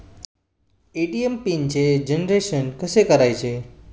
ATM कार्डचे pin generation कसे करायचे?